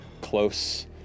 close